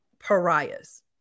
pariahs